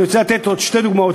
אני רוצה לתת עוד שתי דוגמאות,